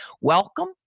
welcome